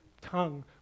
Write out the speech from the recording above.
tongue